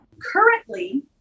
Currently